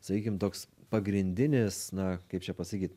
sakykim toks pagrindinis na kaip čia pasakyt